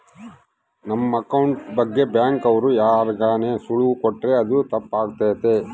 ನಮ್ ಅಕೌಂಟ್ ಬಗ್ಗೆ ಬ್ಯಾಂಕ್ ಅವ್ರು ಯಾರ್ಗಾನ ಸುಳಿವು ಕೊಟ್ರ ಅದು ತಪ್ ಆಗ್ತದ